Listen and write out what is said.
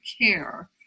care